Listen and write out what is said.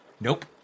Nope